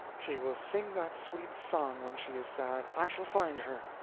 she will sing that sweet song when she is sad i shall find her.